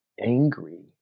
angry